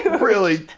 really